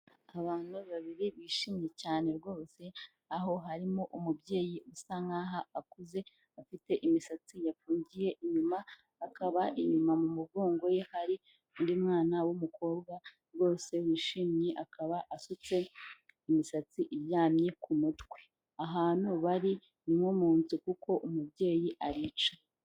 Abantu babiri bishimye cyane rwose, aho harimo umubyeyi usa nk’aho akuze afite imisatsi yafungiye inyuma, akaba inyuma mu mugongo we hari undi mwana w'umukobwa rwose wishimye akaba asutse imisatsi iryamye ku mutwe, ahantu bari ni nko mu nzu kuko umubyeyi aricaye.